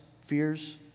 fears